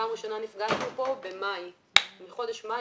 פעם ראשונה נפגשנו כאן בחודש מאי,